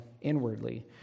inwardly